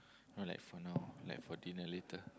not like for now for like dinner later